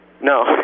No